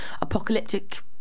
apocalyptic